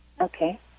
Okay